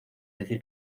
decir